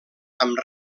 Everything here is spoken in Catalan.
amb